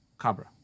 Cabra